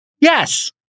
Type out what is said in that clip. Yes